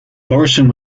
morrison